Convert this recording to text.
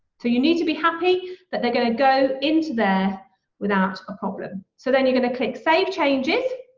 so you need to be happy that they're gonna go into there without a problem. so then you're gonna click save changes,